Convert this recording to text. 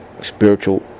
Spiritual